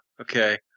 okay